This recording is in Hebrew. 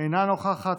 אינה נוכחת.